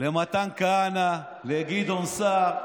למתן כהנא, לגדעון סער.